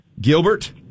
Gilbert